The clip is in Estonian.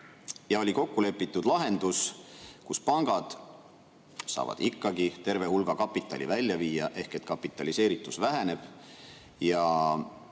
Oli kokku lepitud lahendus: pangad saavad ikkagi terve hulga kapitali välja viia ehk kapitaliseeritus väheneb